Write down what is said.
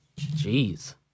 Jeez